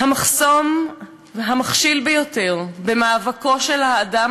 "המחסום המכשיל ביותר במאבקו של האדם